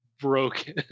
broken